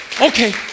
Okay